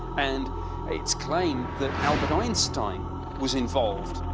and it's claimed that albert einstein was involved.